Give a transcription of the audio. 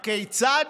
הכיצד?